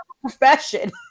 profession